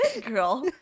girl